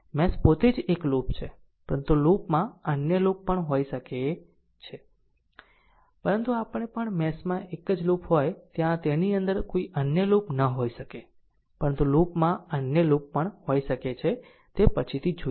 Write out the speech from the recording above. mesh પોતે એક જ લૂપ છે પરંતુ લૂપ માં અન્ય લૂપ પણ હોઈ શકે છે પરંતુ જ્યારે પણ મેશ માં એક જ લૂપ હોય ત્યાં તેની અંદર કોઈ અન્ય લૂપ ન હોઈ શકે પરંતુ લૂપ માં અન્ય લૂપ પણ હોઈ શકે છે તે પછીથી જોઈશું